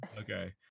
Okay